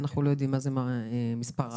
הרי אנחנו לא יודעים מה זה "מספר רב".